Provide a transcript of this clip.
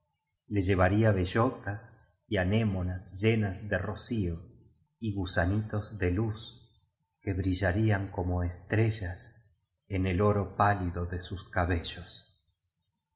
le llevaría be llotas y anémonas llenas de rocío y gusanitos de luz que bri llarían como estrellas en ei oro pálido de sus cabellos